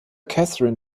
katherine